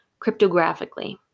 cryptographically